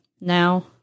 now